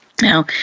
Now